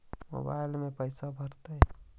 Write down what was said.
Mobile में पैसा भरैतैय?